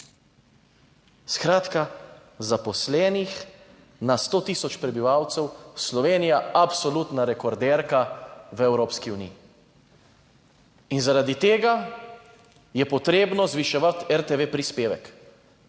Skratka zaposlenih na 100 tisoč prebivalcev Slovenija, absolutna rekorderka v Evropski uniji. In zaradi tega je potrebno zviševati RTV prispevek.